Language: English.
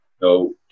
no